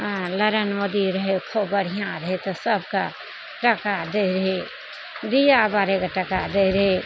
हँ नरेन्द्र मोदी रहै खूब बढ़िआँ रहै तऽ सबके टका दै रहै दिया बारेके टका दै रहै